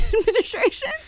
administration